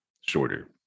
shorter